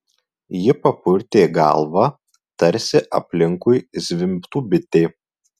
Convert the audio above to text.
ji papurtė galvą tarsi aplinkui zvimbtų bitė